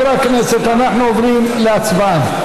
חברי הכנסת, אנחנו עוברים להצבעה.